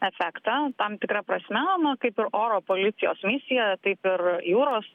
efektą tam tikra prasme nu kaip oro policijos misija taip ir jūros